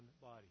body